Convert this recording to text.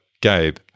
Gabe